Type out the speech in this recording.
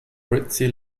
ritzy